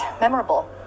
Memorable